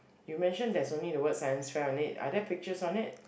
you mentioned there's only the word science fair on it are there pictures on it